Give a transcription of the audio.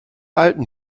alten